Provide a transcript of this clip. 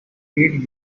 heed